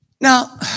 Now